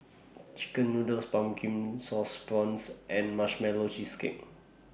Chicken Noodles Pumpkin Sauce Prawns and Marshmallow Cheesecake